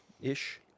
ish